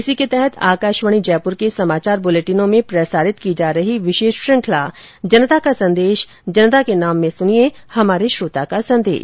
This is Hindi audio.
इसी के तहत आकाशवाणी जयपूर के समाचार बुलेटिनों में प्रसारित की जा रही विशेष श्रखंला जनता का संदेश जनता के नाम में सुनिये हमारे श्रोता का संदेश